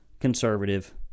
conservative